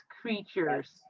creatures